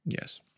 Yes